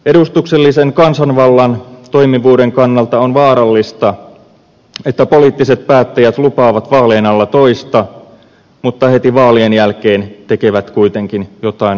edustuksellisen kansanvallan toimivuuden kannalta on vaarallista että poliittiset päättäjät lupaavat vaalien alla toista mutta heti vaalien jälkeen tekevät kuitenkin jotain aivan muuta